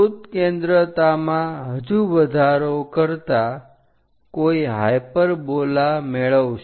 ઉત્કેન્દ્રતામાં હજુ વધારો કરતા કોઈ હાઇપરબોલા મેળવશે